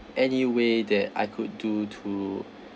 any way that I could do to